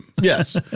Yes